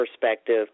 perspective